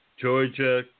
Georgia